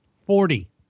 Forty